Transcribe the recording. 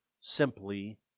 simply